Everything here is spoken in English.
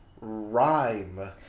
Rhyme